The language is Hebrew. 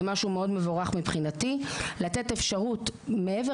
זה משהו מאוד מבורך מבחינתי לתת אפשרות מעבר